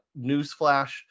newsflash